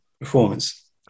performance